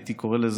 הייתי קורא לזה,